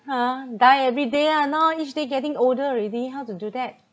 !huh! die every day ah now each day getting older already how to do that